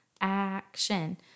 action